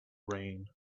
rain